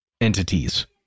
entities